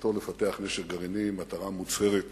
וכוונתו לפתח נשק גרעיני עם מטרה מוצהרת